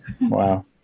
Wow